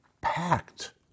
packed